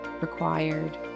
required